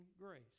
grace